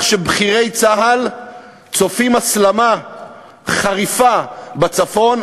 שבכירי צה"ל צופים הסלמה חריפה בצפון,